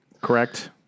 Correct